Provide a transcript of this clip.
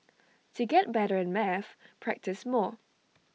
to get better at maths practise more